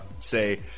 say